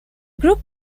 group